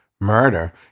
murder